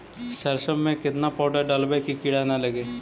सरसों में केतना पाउडर डालबइ कि किड़ा न लगे?